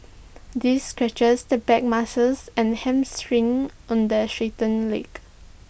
this stretches the back muscles and hamstring on the straightened leg